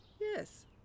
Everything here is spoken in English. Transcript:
Yes